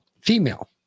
female